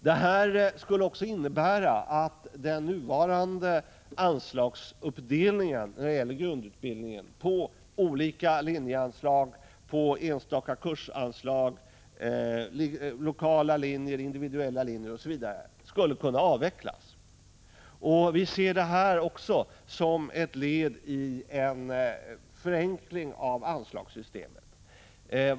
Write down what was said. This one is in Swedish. Det skulle också innebära att den nuvarande anslagsuppdelningen när det gäller grundutbildningen på olika linjeanslag, på enstaka kursanslag, lokala linjer, individuella linjer osv., skulle kunna avvecklas. Vi ser detta också som ett led i en förenkling av anslagssystemet.